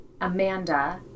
Amanda